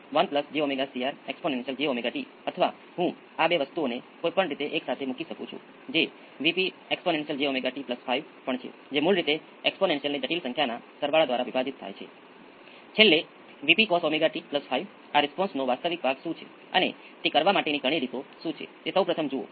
અને તમારી પાસે બે સમીકરણો છે તેમાંથી તમે બે અચળાંકો શોધી શકો છો